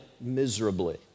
miserably